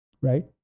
right